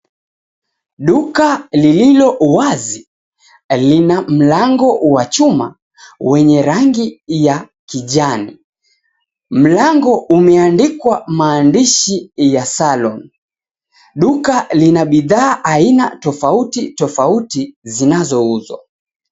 Duka lililo wazi lina mlango wa chuma wenye rangi ya kijani. Mlango umeandikwa maandishi ya, "Salon". Duka lina bidhaa aina tofauti tofauti zinazouzwa.